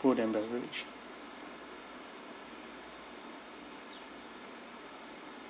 food and beverage